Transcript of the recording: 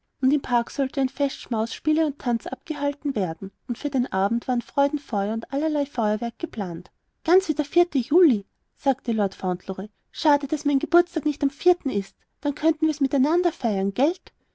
und im park sollte ein festschmaus spiele und tanz abgehalten werden und für den abend waren freudenfeuer und allerlei feuerwerk geplant ganz wie der juli sagte lord fauntleroy schade daß mein geburtstag nicht am vierten ist dann könnten wir's miteinander feiern gelt